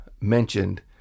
mentioned